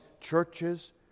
churches